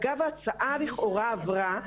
אגב ההצעה לכאורה עברה,